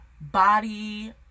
body